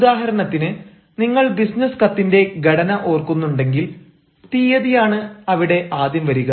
ഉദാഹരണത്തിന് നിങ്ങൾ ബിസിനസ് കത്തിന്റെ ഘടന ഓർക്കുന്നുണ്ടെങ്കിൽ തീയതിയാണ് അവിടെ ആദ്യം വരിക